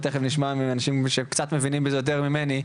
ותכף נשמע מאנשים שקצת מבינים בזה יותר ממני,